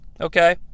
okay